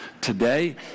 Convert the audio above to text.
Today